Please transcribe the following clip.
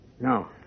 No